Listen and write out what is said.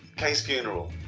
kay's funeral.